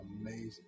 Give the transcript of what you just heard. Amazing